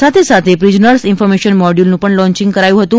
સાથે સાથે prisoners information મોડ્યુલનુ પણ લોન્ચિંગ કરાયું હતું